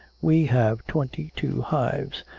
we have twenty-two hives.